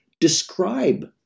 describe